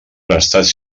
prestats